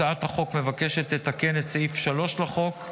הצעת החוק מבקשת לתקן את סעיף 3 לחוק,